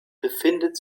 befindet